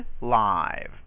live